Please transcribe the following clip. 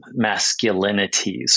masculinities